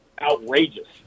outrageous